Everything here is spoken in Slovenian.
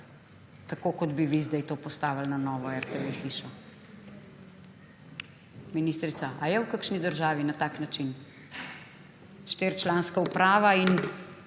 tako kot bi vi sedaj to postavili na novo hišo RTV. Ministrica, ali je v kakšni državi na tak način? Štiričlanska uprava in